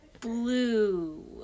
blue